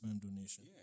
donation